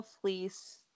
fleece